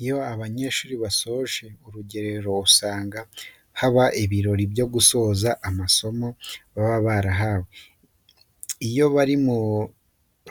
Iyo abanyeshuri basoje urugerero usanga haba ibirori byo gusoza amasomo baba barahawe. Iyo bari muri uru